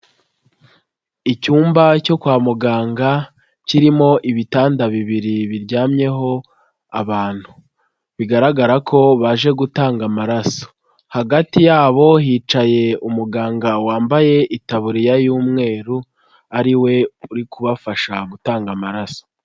Icyumba cyo kwa muganga kirimo ibitanda bibiri biryamyeho abantu, bigaragara ko baje gutanga amaraso, hagati yabo hicaye umuganga wambaye itabuririya y'umweru ari we uri kubafasha gutanga amaraso.